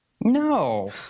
No